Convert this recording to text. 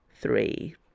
three